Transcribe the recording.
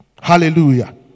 Hallelujah